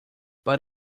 but